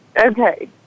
Okay